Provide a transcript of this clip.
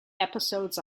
episodes